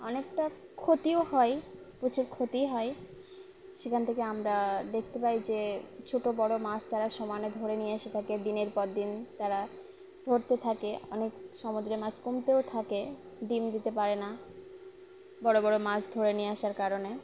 অনেকটা ক্ষতিও হয় প্রচুর ক্ষতি হয় সেখান থেকে আমরা দেখতে পাই যে ছোটো বড়ো মাছ তারা সমানে ধরে নিয়ে আসে থাকে দিনের পর দিন তারা ধরতে থাকে অনেক সমুদ্রে মাছ কমতেও থাকে ডিম দিতে পারে না বড়ো বড়ো মাছ ধরে নিয়ে আসার কারণে